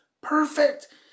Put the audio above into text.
perfect